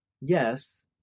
Yes